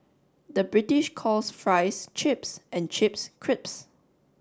the British calls fries chips and chips crisps